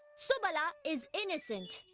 subala is innocent!